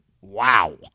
Wow